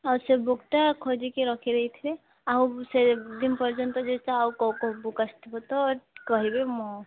ଆଉ ସେ ବୁକ୍ଟା ଖୋଜିକି ରଖିଦେଇଥିବେ ଆଉ ସେତେ ଦିନ ପର୍ଯ୍ୟନ୍ତ ଯଦି ଆଉ କୋଉ କୋଉ ବୁକ୍ ଆସିଥିବ ତ କହିବେ ମୁଁ